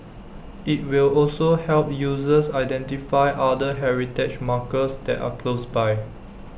IT will also help users identify other heritage markers that are close by